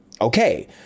okay